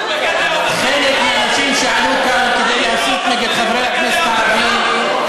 חלק מהאנשים שעלו כאן כדי להסית נגד חברי הכנסת הערבים,